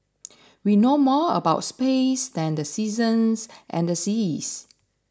we know more about space than the seasons and the seas